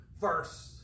first